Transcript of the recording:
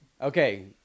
okay